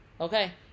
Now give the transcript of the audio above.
okay